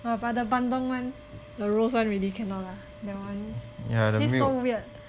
!wah! but the bandung [one] the rose [one] really cannot lah that one taste so weird